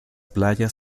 playas